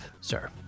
sir